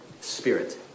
spirit